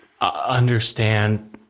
understand